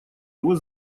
его